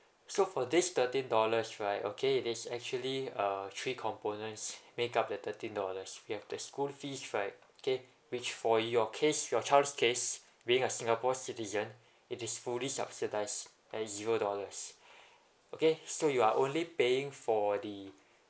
so for this thirteen dollars right okay it is actually uh three components make up the thirteen dollars we have the school fees right okay which for your case your child's case being a singapore citizen it is fully subsidised as zero dollars okay so you are only paying for the